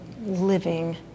living